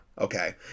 okay